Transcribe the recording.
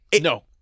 No